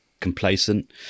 complacent